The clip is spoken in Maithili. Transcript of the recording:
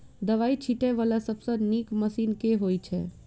दवाई छीटै वला सबसँ नीक मशीन केँ होइ छै?